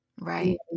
Right